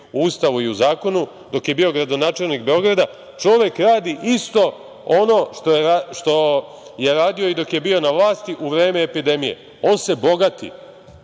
u Ustavu i u zakonu, dok je bio gradonačelnik Beograda, čovek radi isto ono što je radio i dok je bio na vlasti, u vreme epidemije - on se bogati.